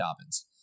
Dobbins